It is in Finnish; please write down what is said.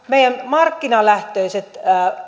meidän markkinalähtöiset